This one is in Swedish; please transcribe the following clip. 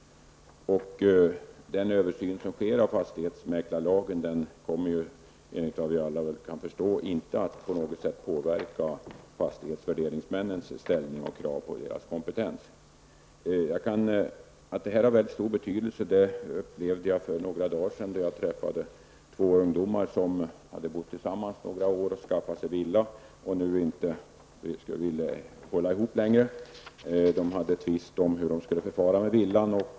Den översyn av fastighetsmäklarlagen som sker kommer enligt vad vi alla kan förstå inte att på något sätt påverka fastighetsvärderingsmännens ställning och kraven på deras kompetens. Att detta har mycket stor betydelse upplevde jag för några dagar sedan. Jag träffade två ungdomar som hade bott tillsammans några år och skaffat sig villa. Nu ville man inte hålla ihop längre. De hade en tvist om hur de skulle förfara med villan.